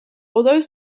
although